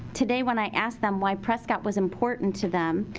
today when i asked them why prescott was important to them.